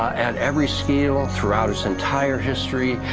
at every scale throughout its entire history,